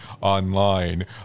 online